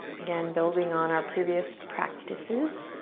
again, building on our previous practices.